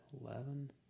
Eleven